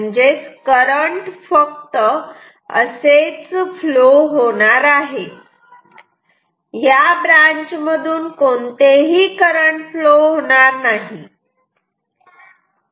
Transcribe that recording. म्हणजेच करंट फक्त असेच फ्लो होणार आहे या ब्रांच मधून कोणतेही करंट फ्लो होणार नाही